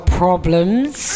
problems